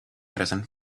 medicine